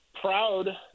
proud